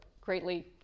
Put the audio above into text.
greatly